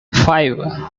five